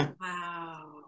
Wow